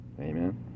amen